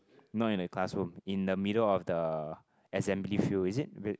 no in the classroom in the middle of the assembly field is it